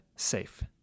Safe